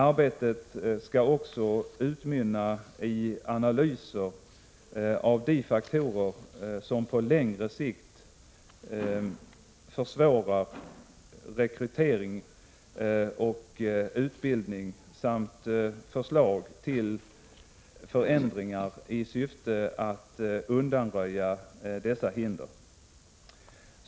Arbetet skall också utmynna i analyser av de faktorer som på längre sikt försvårar rekrytering och utbildning samt förslag till förändringar i syfte att undanröja dessa hinder.